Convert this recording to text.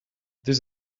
this